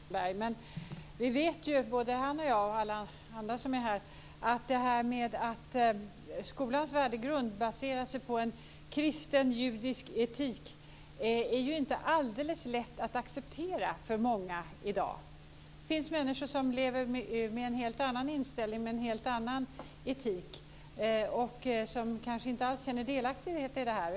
Fru talman! Det är mycket intressant att lyssna på Tuve Skånberg. Men både han och jag och alla andra som är här vet att detta med att skolans värdegrund baseras på en kristen-judisk etik inte är alldeles lätt att acceptera för många i dag. Det finns människor som lever med en helt annan inställning och med en helt annan etik. De kanske inte alls känner delaktighet i detta.